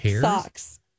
socks